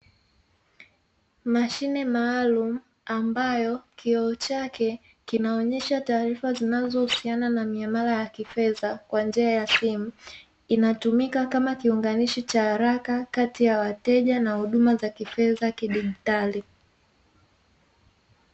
Mashine maalumu ambayo kioo chake kinaonyesha taarifa zinazohusiana na miamala ya kifedha kwa njia ya simu, inatumika kama kiunganishi cha haraka kati ya wateja na huduma za kifedha kidigitali.